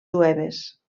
jueves